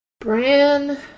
Bran